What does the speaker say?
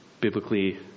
biblically